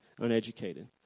uneducated